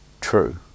True